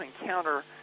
encounter